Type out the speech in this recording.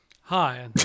Hi